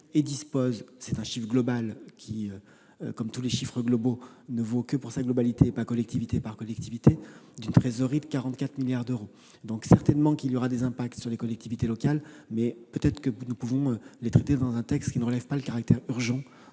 disposent- c'est un chiffre global qui, comme tous les chiffres globaux, ne vaut que pour sa globalité, et non pas collectivité par collectivité -d'une trésorerie de 44 milliards d'euros. Il y aura certainement des impacts sur les collectivités locales, mais nous pourrons les traiter dans un texte qui ne relève pas de la même urgence